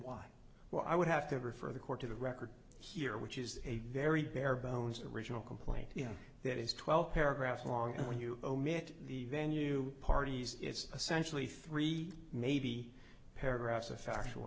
why well i would have to refer the court to the record here which is a very bare bones original complaint that is twelve paragraphs long and when you omit the venue parties it's essentially three maybe paragraphs a factual